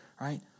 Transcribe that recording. right